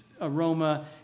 aroma